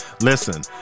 Listen